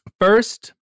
first